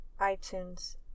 iTunes